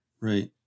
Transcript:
Right